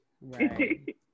right